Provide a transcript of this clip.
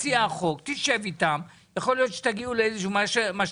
מציע החוק, תשב איתם ואולי תגיעו להסכמה.